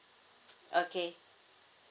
okay